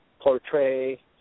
portray